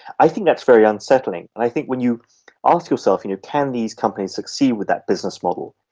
i think that's very unsettling. i think when you ask yourself, you know, can these companies succeed with that business model,